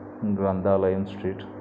గ్రంధాలయం street